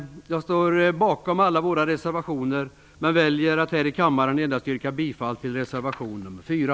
Jag står bakom alla våra reservationer, men väljer att här i kammaren yrka bifall endast till reservation nr 4.